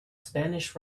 spanish